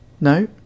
No